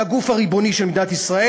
כגוף הריבוני של מדינת ישראל,